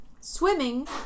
swimming